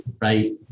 right